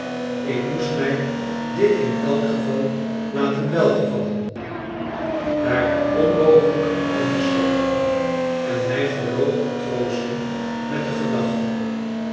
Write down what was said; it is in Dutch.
ik moest mij dit in elk geval laten welgevallen daar het onmogelijk anders kon en mij voorloopig troosten met de gedachte